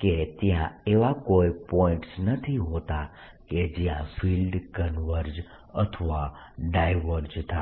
કે ત્યાં એવા કોઈ પોઈન્ટ્સ નથી હોતા કે જ્યાં ફિલ્ડ કન્વર્જ અથવા ડાયવર્જ થાય